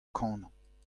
kanañ